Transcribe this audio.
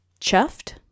chuffed